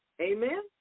Amen